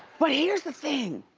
but here's the thing.